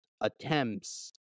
attempts